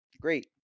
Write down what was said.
great